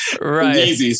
right